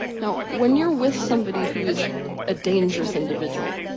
now, when you're with somebody who is a dangerous individual,